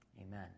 Amen